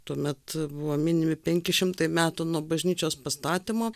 tuomet buvo minimi penki šimtai metų nuo bažnyčios pastatymo